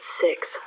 six